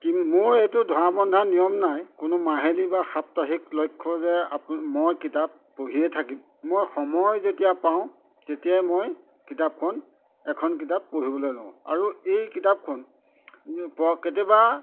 কি মোৰ এইটো ধৰা বন্ধা নিয়ম নাই কোনো মাহিলী বা সাপ্তাহিক লক্ষ্য যে আপুনি মই কিতাপ পঢ়িয়ে থাকিম মই সময় যেতিয়া পাওঁ তেতিয়াই মই কিতাপখন এখন কিতাপ পঢ়িবলৈ লওঁ আৰু এই কিতাপখন পু কেতিয়াবা